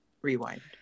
rewind